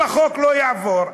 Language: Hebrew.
אם החוק לא יעבור,